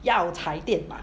药材店买